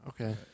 Okay